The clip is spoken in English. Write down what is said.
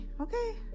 okay